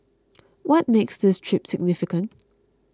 what makes this trip significant